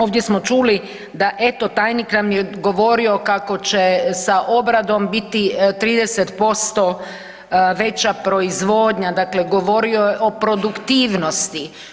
Ovdje smo čuli da eto tajnik nam je govorio kako će sa obradom biti 30% veća proizvodnja, dakle govorio je o produktivnosti.